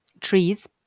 trees